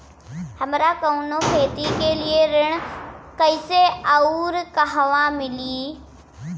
हमरा कवनो खेती के लिये ऋण कइसे अउर कहवा मिली?